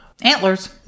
antlers